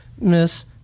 Miss